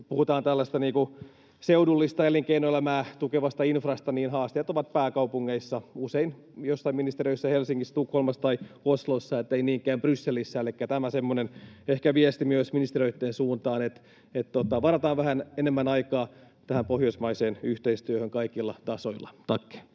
seudullista elinkeinoelämää tukevasta infrasta, ovat pääkaupungeissa, usein joissain ministeriöissä Helsingissä, Tukholmassa tai Oslossa, eivät niinkään Brysselissä. Elikkä tämä on ehkä semmoinen viesti myös ministeriöitten suuntaan, että varataan vähän enemmän aikaa tähän pohjoismaiseen yhteistyöhön kaikilla tasoilla. — Tack.